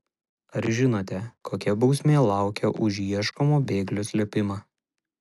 ar žinote kokia bausmė laukia už ieškomo bėglio slėpimą